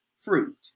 fruit